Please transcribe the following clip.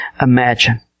imagine